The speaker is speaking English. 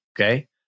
okay